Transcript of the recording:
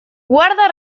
guarda